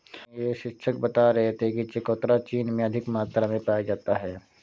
मेरे शिक्षक बता रहे थे कि चकोतरा चीन में अधिक मात्रा में पाया जाता है